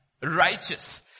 righteous